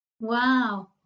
Wow